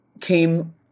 came